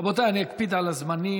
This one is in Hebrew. רבותיי, אני אקפיד על הזמנים.